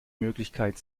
möglichkeit